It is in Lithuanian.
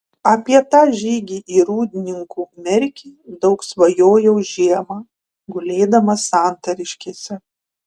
apie tą žygį į rūdninkų merkį daug svajojau žiemą gulėdamas santariškėse